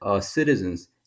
citizens